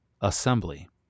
assembly